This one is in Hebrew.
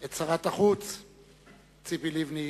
את שרת החוץ ציפי לבני.